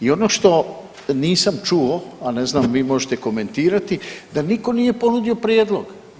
I ono što nisam čuo, a ne znam vi možete komentirati, da nitko nije ponudio prijedlog.